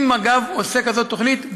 אם מג"ב עושה כזאת תוכנית,